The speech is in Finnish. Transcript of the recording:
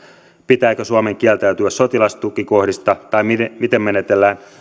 pitääkö suomen kieltäytyä sotilastukikohdista tai miten miten menetellään